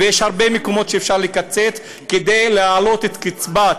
ויש הרבה מקומות שאפשר לקצץ כדי להעלות את קצבת